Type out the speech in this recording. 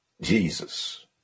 Jesus